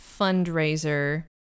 fundraiser